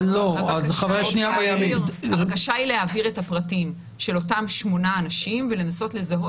הדרישה היא להעביר את הפרטים של אותם שמונה אנשים ולנסות לזהות